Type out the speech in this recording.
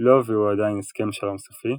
לא הביאו עדיין הסכם שלום סופי,